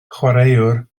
chwaraewr